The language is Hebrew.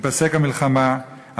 תיפסק המלחמה,